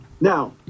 Now